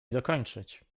dokończyć